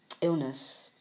illness